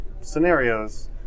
scenarios